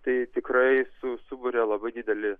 tai tikrai su sukuria labai didelį